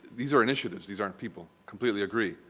these are initiatives, these aren't people, completely agreed.